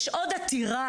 יש עוד עתירה,